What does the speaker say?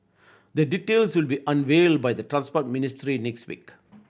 the details will be unveiled by the Transport Ministry next week